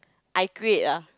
I create ah